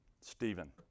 Stephen